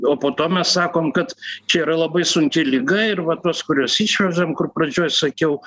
o po to mes sakom kad čia yra labai sunki liga ir va tuos kuriuos išvežam kur pradžioj sakiau